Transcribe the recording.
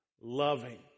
loving